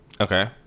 Okay